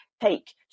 take